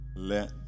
Let